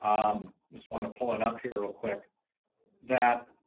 um i'm just want to pull it up here real quick that.